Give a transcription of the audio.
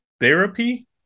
therapy